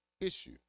issue